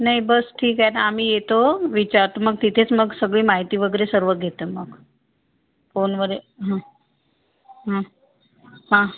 नाही बस ठीक आहे ना आम्ही येतो विचारतो मग तिथेच मग सगळी माहिती वगैरे सर्व घेतो मग फोनवर हा